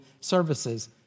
services